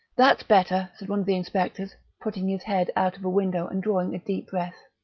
that's better, said one of the inspectors, putting his head out of a window and drawing a deep breath.